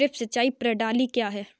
Drip सिंचाई प्रणाली क्या है?